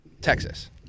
texas